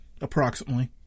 approximately